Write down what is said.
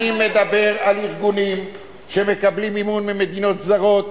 אני מדבר על ארגונים שמקבלים מימון ממדינות זרות